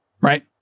right